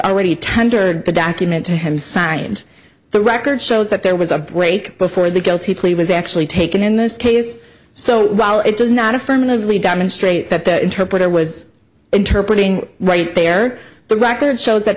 already tendered the document to him signed the record shows that there was a break before the guilty plea was actually taken in this case so while it does not affirmatively demonstrate that the interpreter was interpreting right there the record shows that